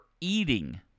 eating